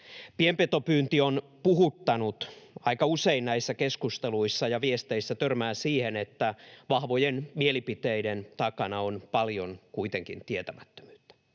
Pienpetopyynti on puhuttanut. Aika usein näissä keskusteluissa ja viesteissä törmää siihen, että vahvojen mielipiteiden takana on kuitenkin paljon tietämättömyyttä.